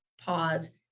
pause